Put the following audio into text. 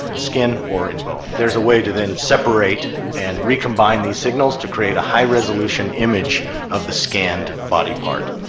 skin or in bone. there is a way to then separate and recombine these signals to create a high resolution image of the scanned body part.